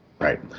Right